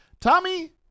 Tommy